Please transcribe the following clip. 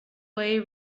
way